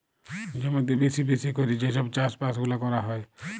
জমিতে বেশি বেশি ক্যরে যে সব চাষ বাস গুলা ক্যরা হ্যয়